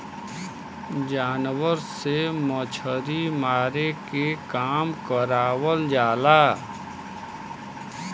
जानवर से मछरी मारे के काम करावल जाला